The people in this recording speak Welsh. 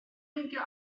meindio